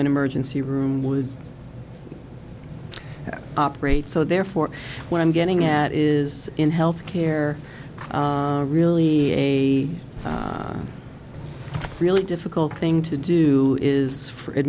an emergency room would operate so therefore what i'm getting at is in healthcare really a really difficult thing to do is f